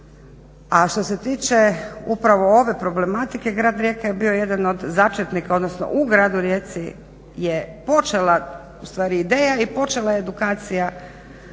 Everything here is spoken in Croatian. a što se tiče upravo ove problematike grad Rijeka je bio jedan od začetnika odnosno u gradu Rijeci je počela ustvari ideja i počela edukacija